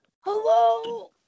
Hello